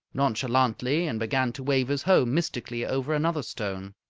nonchalantly, and began to wave his hoe mystically over another stone.